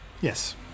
Yes